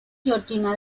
georgina